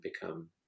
become